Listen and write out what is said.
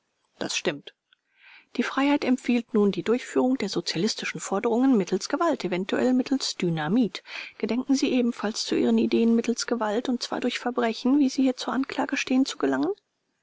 das stimmt vors die freiheit empfiehlt nun die durchführung der sozialistischen forderungen mittels gewalt eventuell mittels dynamit gedenken sie ebenfalls zu ihren ideen mittels gewalt und zwar durch verbrechen wie sie hier zur anklage stehen zu gelangen